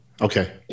Okay